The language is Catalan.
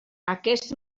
aquests